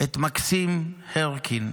את מקסים הרקין,